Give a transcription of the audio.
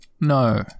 no